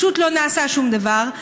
פשוט לא נעשה שום דבר.